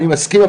אני מסכים,